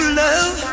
love